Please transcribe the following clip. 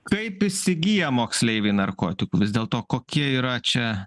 kaip įsigyja moksleiviai narkotikų vis dėlto kokie yra čia